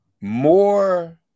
more